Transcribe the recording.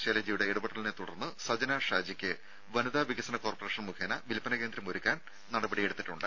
ശൈലജയുടെ ഇടപെടലിനെ തുടർന്ന് സജന ഷാജിക്ക് വനിതാ വികസന കോർപ്പറേഷൻ മുഖേന വിൽപ്പന കേന്ദ്രം ഒരുക്കാൻ നടപടി എടുത്തിട്ടുണ്ട്